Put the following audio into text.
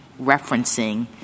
referencing